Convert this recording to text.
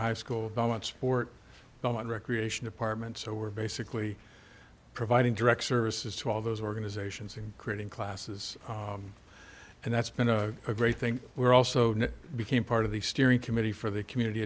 high school belmont sport and recreation department so we're basically providing direct services to all those organizations and creating classes and that's been a great thing we're also became part of the steering committee for the community